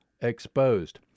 exposed